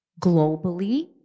globally